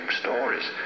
stories